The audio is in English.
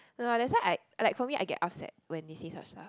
no that's why I I like for me I get upset when they say such stuff